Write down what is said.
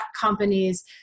companies